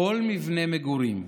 בכל מבנה מגורים,